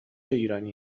ایرانی